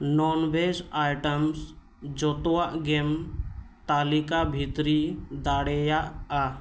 ᱱᱚᱱᱵᱷᱮᱡ items ᱡᱷᱚᱛᱚᱣᱟᱜ ᱜᱮᱢ ᱛᱟᱹᱞᱤᱠᱟ ᱵᱷᱤᱛᱨᱤ ᱫᱟᱲᱮᱭᱟᱜᱼᱟ